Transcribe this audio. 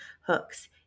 Hooks